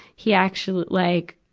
he actually, like,